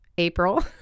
April